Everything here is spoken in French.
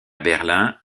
berlin